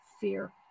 fear